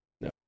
No